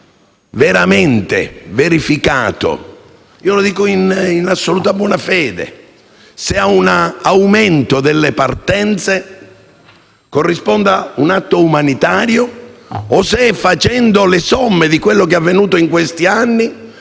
veramente verificato - lo dico in assoluta buona fede - se a un aumento delle partenze corrisponda un atto umanitario o se invece, tirando le somme di quello che è avvenuto in questi anni,